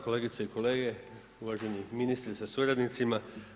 Kolegice i kolege, uvaženi ministre sa su radnicima.